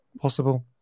possible